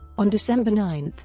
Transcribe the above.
on december nine,